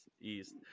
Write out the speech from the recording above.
east